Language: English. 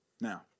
Now